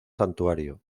santuario